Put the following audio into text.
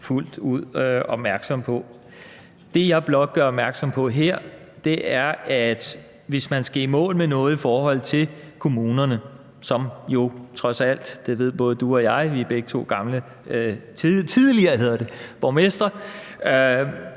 fuldt ud opmærksom på. Det, jeg blot gør opmærksom på her, er, at hvis man skal i mål med noget i forhold til kommunerne – det ved både du og jeg; vi er begge to tidligere borgmestre